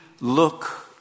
look